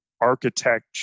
Architect